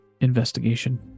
Investigation